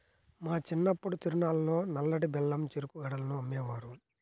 మా చిన్నప్పుడు తిరునాళ్ళల్లో నల్లటి బెల్లం చెరుకు గడలను అమ్మేవారు